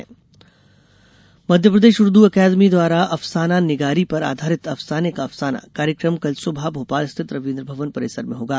अफ़साने का अफ़साना मध्यप्रदेश उर्दू अकादमी द्वारा अफ़साना निगारी पर आधारित अफ़साने का अफ़साना कार्यक्रम कल सुबह भोपाल स्थित रवीन्द्र भवन परिसर में होगा